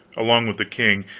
along with the king,